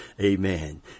Amen